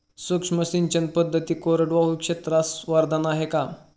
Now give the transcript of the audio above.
सूक्ष्म सिंचन पद्धती कोरडवाहू क्षेत्रास वरदान आहे का?